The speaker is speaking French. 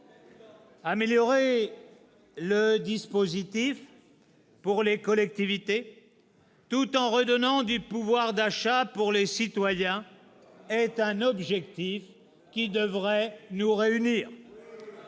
Améliorer le dispositif pour les collectivités tout en redonnant du pouvoir d'achat pour les citoyens est un objectif qui devrait nous réunir.